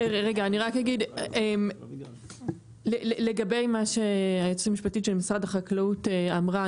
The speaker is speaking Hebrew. אני רק אגיד לגבי מה שהיועצת המשפטית של משרד החקלאות אמרה.